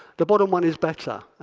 the bottom one is better.